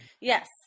Yes